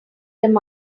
them